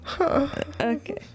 Okay